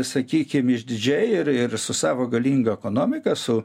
sakykim išdidžiai ir ir su savo galinga ekonomika su